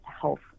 health